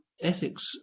ethics